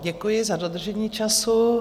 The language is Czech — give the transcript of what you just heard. Děkuji za dodržení času.